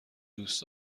دوست